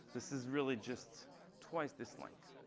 this is really just twice this length.